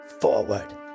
forward